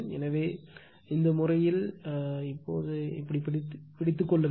எனவே இந்த முறையில் பிடித்துக் கொள்ளுங்கள்